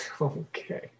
okay